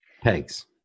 Pegs